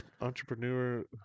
entrepreneur